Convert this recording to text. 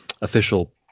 official